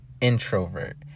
introvert